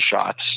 shots